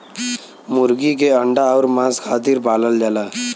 मुरगी के अंडा अउर मांस खातिर पालल जाला